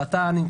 ואתה היושב-ראש,